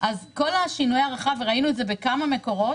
אז כל שינויי ההערכה, וראינו את זה בכמה מקורות,